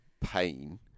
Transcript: pain